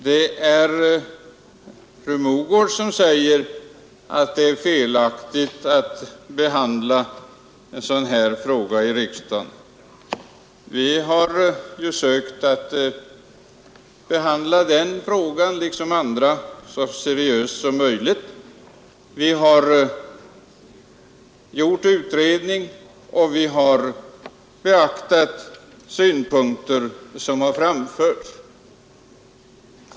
Herr talman! Det är fru Mogård som säger att det är felaktigt att behandla en sådan här fråga i riksdagen. Vi har ju sökt att behandla denna fråga liksom andra så seriöst som möjligt. Vi har gjort utredning, och vi har beaktat synpunkter som framförts.